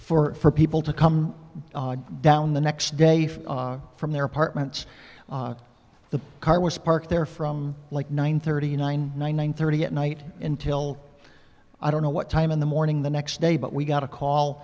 to for people to come down the next day from their apartments the car was parked there from like one thirty nine one thirty at night until i don't know what time in the morning the next day but we got a call